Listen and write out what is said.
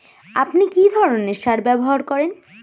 আপনি কী ধরনের সার ব্যবহার করেন?